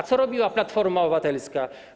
A co robiła Platforma Obywatelska?